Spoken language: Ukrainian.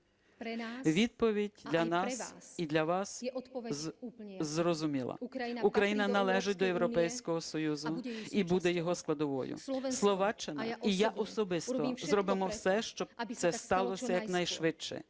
Відповідь для нас і для вас зрозуміла. Україна належить до Європейського Союзу і буде його складовою. Словаччина і я особисто зробимо все, щоб це сталося якнайшвидше,